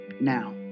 Now